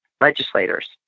legislators